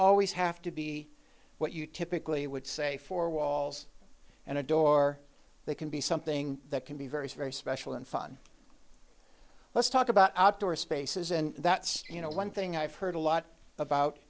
always have to be what you typically would say four walls and a door they can be something that can be very very special and fun let's talk about outdoor spaces and that's you know one thing i've heard a lot